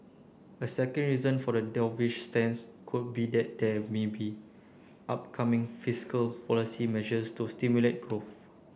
a second reason for the dovish stance could be that there may be upcoming fiscal policy measures to stimulate growth